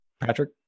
Patrick